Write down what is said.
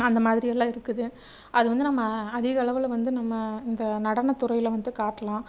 அந்த மாதிரியெல்லாம் இருக்குது அது வந்து நம்ம அதிகளவில் வந்து நம்ம இந்த நடனத்துறையில் வந்து காட்டலாம்